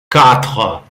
quatre